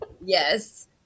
Yes